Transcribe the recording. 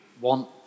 want